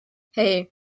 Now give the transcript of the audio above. hey